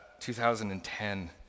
2010